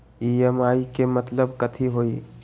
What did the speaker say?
EMI के मतलब कथी होई?